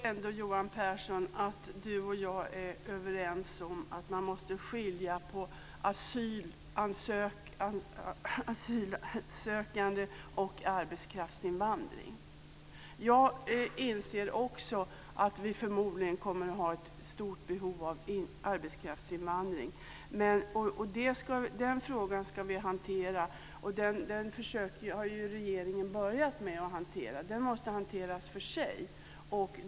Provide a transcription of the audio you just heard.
Fru talman! Jag tror ändå att Johan Pehrson och jag är överens om att man måste skilja på asylsökande och arbetskraftsinvandring. Jag inser också att vi förmodligen kommer att ha ett stort behov av arbetskraftsinvandring. Den frågan ska vi hantera. Den har regeringen börjat hantera. Den måste hanteras för sig.